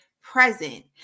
present